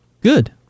Good